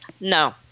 no